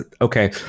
Okay